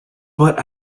but